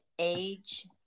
age